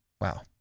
Wow